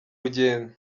rugendo